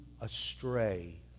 astray